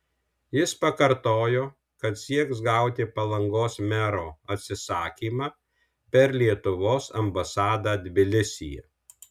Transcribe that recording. jis pakartojo kad sieks gauti palangos mero atsisakymą per lietuvos ambasadą tbilisyje